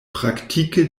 praktike